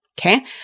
Okay